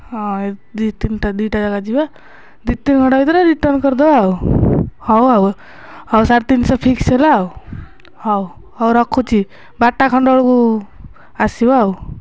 ହଁ ଦୁଇ ତିନିଟା ଦିଟା ଜାଗା ଯିବା ଦୁଇ ତିନି ଘଣ୍ଟା ଭିତରେ ରିଟର୍ଣ୍ଣ୍ କରିଦେବା ଆଉ ହଉ ଆଉ ହଉ ସାଢ଼େ ତିନିଶହ ଫିକ୍ସ୍ ହେଲା ଆଉ ହଉ ହଉ ରଖୁଛି ବାରଟା ଖଣ୍ଡେ ବେଳକୁ ଆସିବ ଆଉ